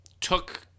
took